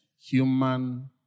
human